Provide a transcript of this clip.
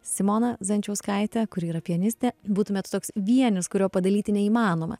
simona zajančauskaite kuri yra pianistė būtumėt toks vienis kurio padalyti neįmanoma